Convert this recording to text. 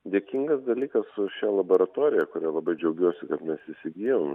dėkingas dalykas su šia laboratorija kuria labai džiaugiuosi kad mes įsigijom